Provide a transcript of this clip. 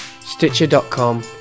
stitcher.com